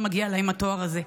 לא מגיע להן התואר הזה,